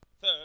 Third